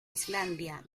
islandia